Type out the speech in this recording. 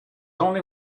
only